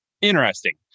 Interesting